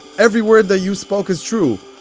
every word that you spoke is true.